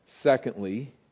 Secondly